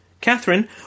Catherine